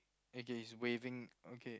okay he's waving okay